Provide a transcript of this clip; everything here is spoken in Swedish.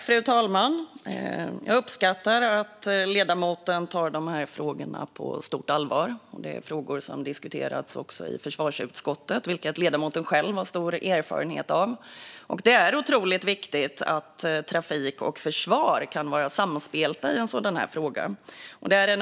Fru talman! Jag uppskattar att ledamoten tar dessa frågor på stort allvar. Det är frågor som diskuterats också i försvarsutskottet, vilket ledamoten själv har stor erfarenhet av. Det är otroligt viktigt att trafik och försvar kan vara samspelta i en sådan här fråga.